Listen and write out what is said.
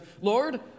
Lord